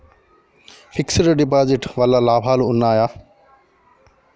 Fix డ్ deposit వల్ల లాభాలు ఉన్నాయి?